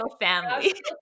family